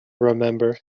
remember